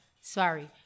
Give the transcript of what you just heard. Sorry